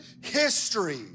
history